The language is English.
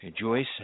Joyce